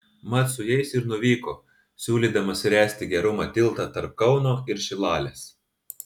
mat su jais ir nuvyko siūlydamas ręsti gerumo tiltą tarp kauno ir šilalės